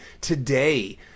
today